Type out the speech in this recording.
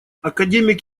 академик